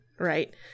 right